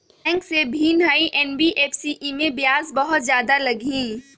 Bank से भिन्न हई एन.बी.एफ.सी इमे ब्याज बहुत ज्यादा लगहई?